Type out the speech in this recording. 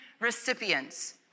recipients